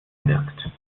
wirkt